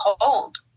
cold